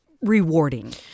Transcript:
rewarding